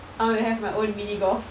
I wanna have my own mini golf